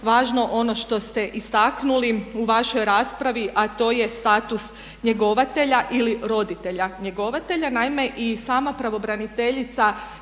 važno ono što ste istaknuli u vašoj raspravi a to je status njegovatelja ili roditelja njegovatelja. Naime i sama pravobraniteljica